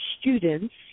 students